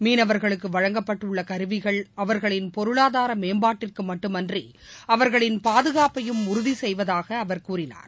மீனவர்களுக்கு வழங்கப்பட்டுள்ள கருவிகள் அவர்களின் பொருளாதார மேம்பாட்டிற்கு மட்டுமின்றி அவர்களின் பாதுகாப்பையும் உறுதிசெய்வதாக அவர் கூறினார்